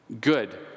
good